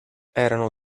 erano